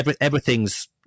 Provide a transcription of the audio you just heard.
everything's